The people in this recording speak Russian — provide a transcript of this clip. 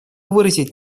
выразить